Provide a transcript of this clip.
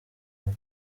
love